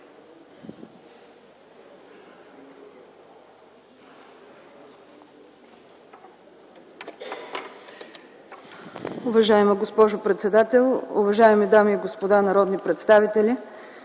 Уважаема госпожо председател, уважаеми дами и господа народни представители!